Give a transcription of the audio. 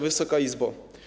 Wysoka Izbo!